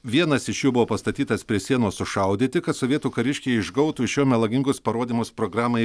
vienas iš jų buvo pastatytas prie sienos sušaudyti kad sovietų kariškiai išgautų iš jo melagingus parodymus programai